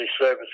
service